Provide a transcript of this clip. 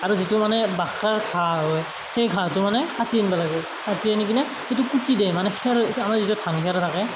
আৰু যিটো মানে বাকাৰ ঘাঁহ হয় সেই ঘাঁহটো মানে কাটি আনিব লাগে কাটি আনি কিনে সেইটো কুটি দিয়ে মানে খেৰ আমাৰ যিটো ধান খেৰ থাকে